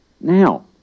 Now